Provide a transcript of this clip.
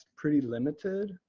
pretty limited.